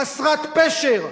חסרת פשר.